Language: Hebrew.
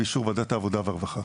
ושוב ועדת העבודה והרווחה.